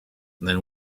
than